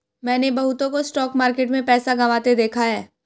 मैंने बहुतों को स्टॉक मार्केट में पैसा गंवाते देखा हैं